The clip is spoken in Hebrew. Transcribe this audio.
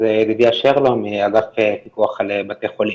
ידידיה שרלו מאגף פיקוח על בתי חולים.